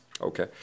Okay